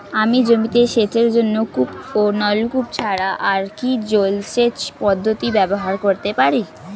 আমি জমিতে সেচের জন্য কূপ ও নলকূপ ছাড়া আর কি জলসেচ পদ্ধতি ব্যবহার করতে পারি?